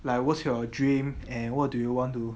like what's your dream and what do you want to